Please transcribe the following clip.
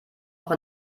auch